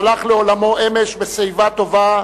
שהלך לעולמו אמש בשיבה טובה,